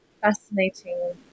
fascinating